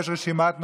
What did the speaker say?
יש רשימת נואמים.